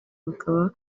bakaba